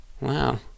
Wow